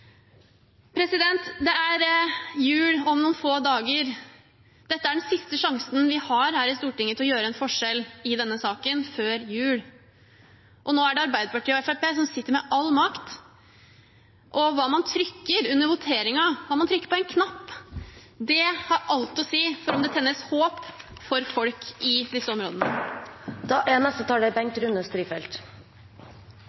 Det er jul om noen få dager. Dette er den siste sjansen vi har her i Stortinget til å utgjøre en forskjell i denne saken før jul. Nå er det Arbeiderpartiet og Fremskrittspartiet som sitter med all makt, og hva man trykker på under voteringen, hva man trykker på en knapp, har alt å si for om det tennes håp for folk i disse områdene.